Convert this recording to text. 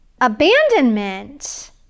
abandonment